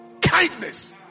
kindness